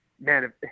Man